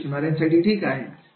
नवीन शिकणाऱ्यांसाठी ठीक आहे